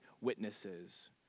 witnesses